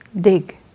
dig